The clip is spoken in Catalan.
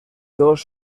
dos